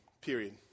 period